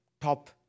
top